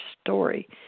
story